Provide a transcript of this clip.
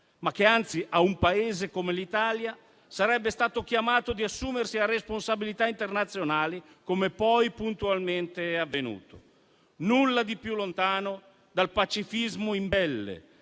ma che, anzi, un Paese come l'Italia sarebbe stato chiamato ad assumersi responsabilità internazionali, come poi puntualmente è avvenuto. Nulla di più lontano dal pacifismo imbelle,